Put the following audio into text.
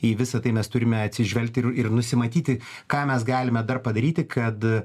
į visa tai mes turime atsižvelgti ir ir nusimatyti ką mes galime dar padaryti kad